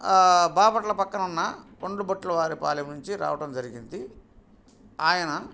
బాపట్ల పక్కన ఉన్న కొండ్రుపట్ల వారి పాలెం నుంచి రావడం జరిగింది ఆయన